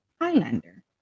Highlander